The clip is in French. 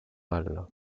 mal